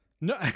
No